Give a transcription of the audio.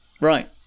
Right